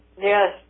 Yes